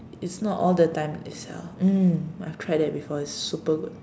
it's not all the time they sell mm I've tried that before it's super good